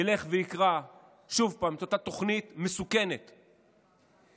ילך ויקרא שוב את אותה תוכנית מסוכנת מ-2017,